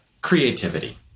creativity